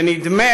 ונדמה